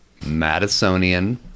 Madisonian